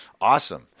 awesome